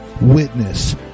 witness